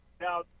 Now